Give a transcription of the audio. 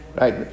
Right